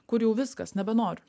kur jau viskas nebenoriu